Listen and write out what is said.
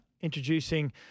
introducing